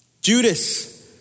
Judas